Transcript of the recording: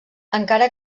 encara